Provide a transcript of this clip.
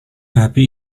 babi